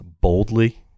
boldly